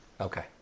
Okay